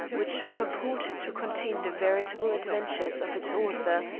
which purported to contain the veritable adventures of its author,